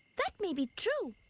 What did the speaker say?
that may be true.